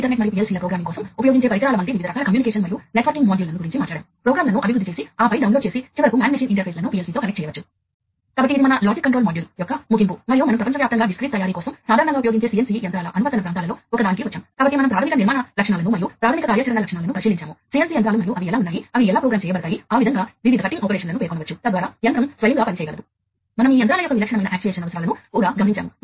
కాబట్టి ఈ పరికరాలు పరస్పరం పనిచేయలేవని దీని అర్థం అందువల్ల ఆ సమస్య తొలగించబడింది ఎందుకంటే ఇప్పుడు అన్ని ఫీల్డ్ బస్సు లు అనుకూలంగా ఉండాలని డిమాండ్ చేయబడ్డాయి ఏదైనా కంపెనీ ఒక పరికరాన్ని తయారు చేసి అది ఫీల్డ్బస్ ప్రామాణిక అనుకూలమని ప్రకటించినట్లయితే అది ఏదైనా ఒక ఇతర ఫీల్డ్ బస్సు అనుకూల పరికరం తో పనిచేయగలదు ఇది ఏ సంస్థ నుండి అయినా తయారు చేయబడి ఉండవచ్చు